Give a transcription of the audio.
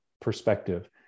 perspective